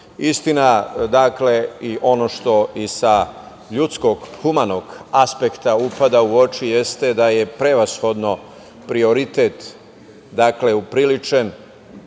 grupe. Istina, ono što i sa ljudskog, humanog aspekta upada u oči jeste da je prevashodno prioritet upriličen